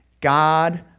God